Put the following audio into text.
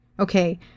Okay